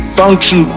function